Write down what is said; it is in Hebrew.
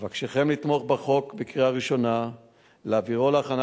אבקשכם לתמוך בחוק בקריאה ראשונה ולהעבירו להכנה